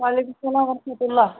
وعلیکُم السلام وَرحمتُ اللہ